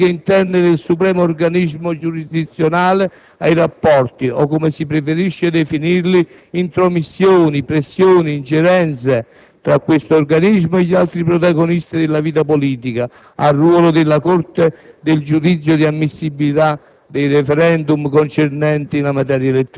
Si passa da questioni inerenti le dinamiche interne del supremo organismo giurisdizionale, ai rapporti (o, come si preferisce definirli, intromissioni, pressioni, ingerenze) tra questo organismo e gli altri protagonisti della vita politica, al ruolo della Corte nel giudizio di ammissibilità dei